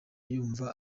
yumva